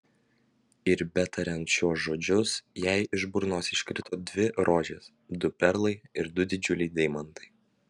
ir betariant šiuos žodžius jai iš burnos iškrito dvi rožės du perlai ir du didžiuliai deimantai